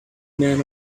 man